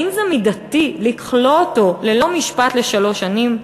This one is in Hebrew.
האם זה מידתי לכלוא אותו ללא משפט לשלוש שנים?